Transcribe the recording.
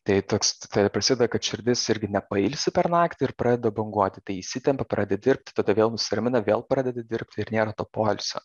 tai toks prasideda kad širdis irgi nepailsi per naktį ir pradeda banguoti tai įsitempia pradeda dirbt tada vėl nusiramina vėl pradeda dirbt ir nėra to poilsio